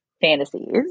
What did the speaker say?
fantasies